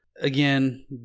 Again